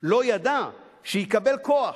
לא ידע שיקבל כוח.